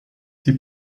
die